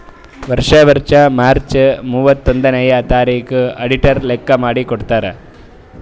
ವರ್ಷಾ ವರ್ಷಾ ಮಾರ್ಚ್ ಮೂವತ್ತೊಂದನೆಯ ತಾರಿಕಿಗ್ ಅಡಿಟರ್ ಲೆಕ್ಕಾ ಮಾಡಿ ಕೊಡ್ತಾರ್